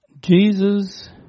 Jesus